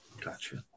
gotcha